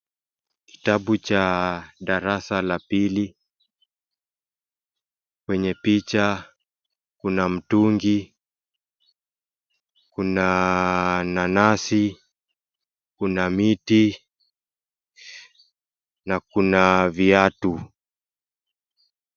Kitabu cha darasa la pili, kwenye picha kuna mtungi, kuna nanasi, kuna miti na kuna viatu.